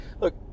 Look